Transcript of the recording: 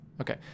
Okay